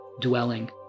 Dwelling